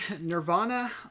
Nirvana